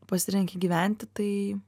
pasirenki gyventi tai